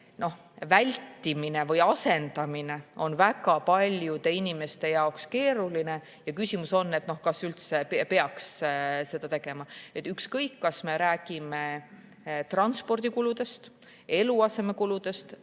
vältimine või asendamine on väga paljude inimeste jaoks keeruline. Ja küsimus on, kas üldse peaks seda tegema. Ükskõik, kas me räägime transpordikuludest, eluasemekuludest